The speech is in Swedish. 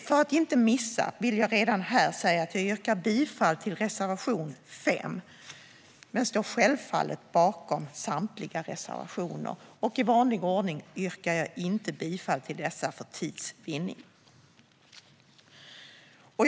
För att inte missa det vill jag redan här säga att jag yrkar bifall till reservation 5. Jag står självfallet bakom samtliga reservationer, men i vanlig ordning yrkar jag för tids vinnande inte bifall till dessa.